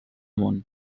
món